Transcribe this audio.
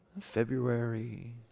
February